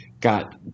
got